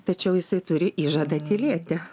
tačiau jisai turi įžadą tylėti